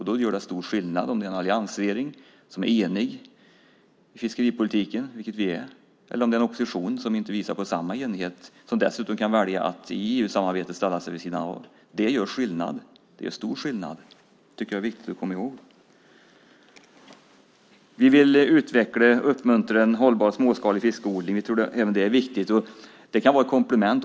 Då gör det stor skillnad om det är en alliansregering som är enig om fiskeripolitiken, vilket vi är, eller en opposition som inte visar på samma enighet och som dessutom kan välja att i EU-samarbetet ställa sig vid sidan av. Det gör stor skillnad, och det tycker jag är viktigt att komma ihåg. Vi vill utveckla och uppmuntra en hållbar, småskalig fiskodling. Vi tror att även det är viktigt. Det kan vara ett komplement.